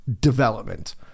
development